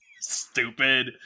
Stupid